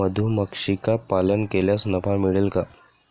मधुमक्षिका पालन केल्यास नफा मिळेल का?